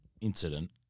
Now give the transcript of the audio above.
incident